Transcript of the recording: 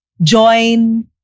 join